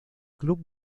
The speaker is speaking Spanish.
club